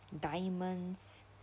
diamonds